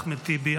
אחמד טיבי,